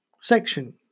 section